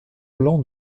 plan